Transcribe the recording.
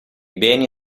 beni